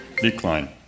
Decline